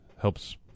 Helps